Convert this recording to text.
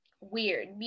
weird